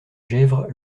gesvres